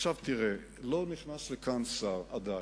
עכשיו תראה, לא נכנס לכאן שר עדיין.